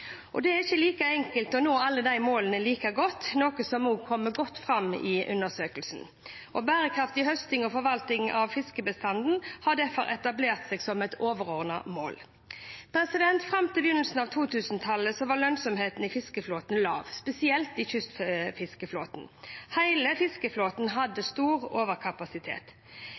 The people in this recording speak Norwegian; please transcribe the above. Det er ikke like enkelt å nå alle de målene like godt, noe som også kommer godt fram i undersøkelsen. Bærekraftig høsting og forvalting av fiskebestanden har derfor etablert seg som et overordnet mål. Fram til begynnelsen av 2000-tallet var lønnsomheten i fiskeflåten lav, spesielt i kystfiskeflåten. Hele fiskeflåten hadde stor overkapasitet.